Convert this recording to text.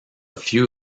few